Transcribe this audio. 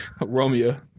Romeo